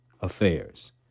affairs